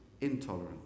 intolerant